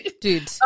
dude